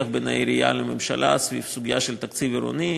בין העירייה לממשלה סביב הסוגיה של תקציב עירוני.